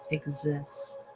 exist